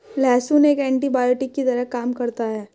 लहसुन एक एन्टीबायोटिक की तरह काम करता है